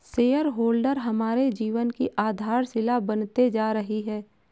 share holder हमारे जीवन की आधारशिला बनते जा रही है